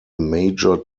major